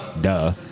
duh